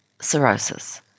cirrhosis